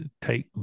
take